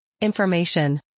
Information